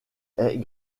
est